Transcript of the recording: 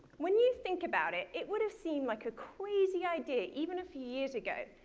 when you think about it, it would have seemed like a crazy idea, even a few years ago,